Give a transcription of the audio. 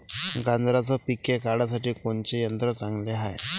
गांजराचं पिके काढासाठी कोनचे यंत्र चांगले हाय?